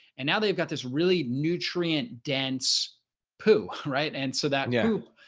and now they've got this really nutrient dense poo, right and so that you know